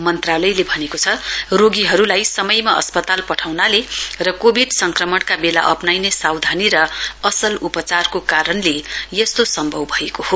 मन्त्रालयले भनेको छ रोगीहरुलाई समयमा अस्पताल पठाउनाले र कोविड संक्रमणका वेला अप्नाइने सावधानी र असल उपाचारको कारणले यस्तो सम्भव भएको हो